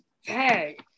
Hey